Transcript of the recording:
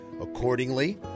Accordingly